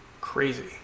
Crazy